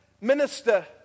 minister